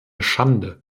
schande